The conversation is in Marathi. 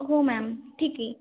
हो मॅम ठीक आहे